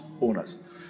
owners